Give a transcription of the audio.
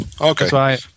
Okay